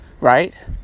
right